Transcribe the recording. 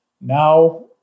Now